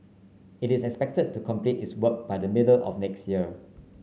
it is expected to complete its work by the middle of next year